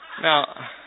Now